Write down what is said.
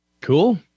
Cool